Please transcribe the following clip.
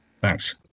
Thanks